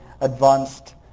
advanced